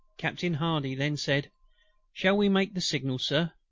captain hardy then said shall we make the signal, sir?